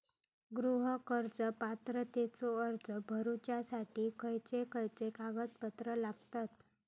गृह कर्ज पात्रतेचो अर्ज भरुच्यासाठी खयचे खयचे कागदपत्र लागतत?